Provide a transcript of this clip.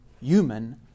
human